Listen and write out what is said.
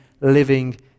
living